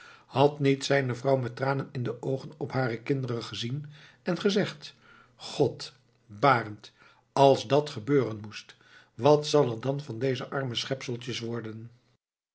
had niet zijne vrouw met tranen in de oogen op hare kinderen gezien en gezegd god barend als dàt gebeuren moest wat zal er dan van deze arme schepseltjes worden